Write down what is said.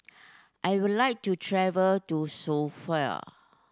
I would like to travel to Sofia